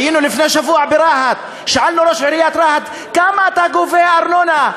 היינו לפני שבוע ברהט ושאלנו את ראש עיריית רהט: כמה אתה גובה ארנונה?